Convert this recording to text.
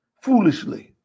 foolishly